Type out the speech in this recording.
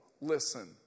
listen